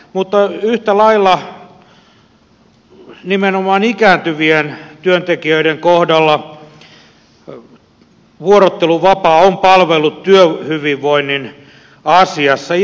mutta yhtä lailla nimenomaan ikääntyvien työntekijöiden kohdalla vuorotteluvapaa on palvellut työhyvinvoinnin asiassa